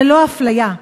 ללא אפליה.